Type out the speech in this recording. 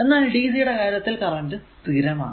എന്നാൽ dc യുടെ കാര്യത്തിൽ കറന്റ് സ്ഥിരമാണ്